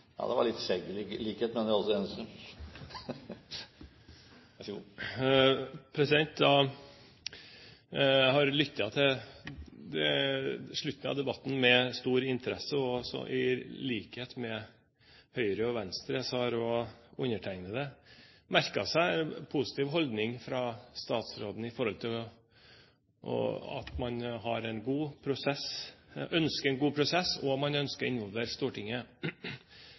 vær så god. Jeg har lyttet til slutten av debatten med stor interesse. I likhet med Høyre og Venstre har også undertegnede merket seg en positiv holdning fra statsråden, i form av at man ønsker en god prosess og ønsker å involvere Stortinget.